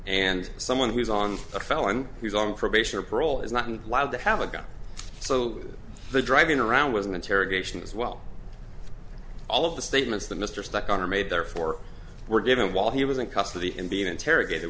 and someone who's on a felon who's on probation or parole is not an allowed to have a gun so the driving around was an interrogation as well all of the statements that mr stuck on are made therefore were given while he was in custody and being interrogated